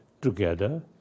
together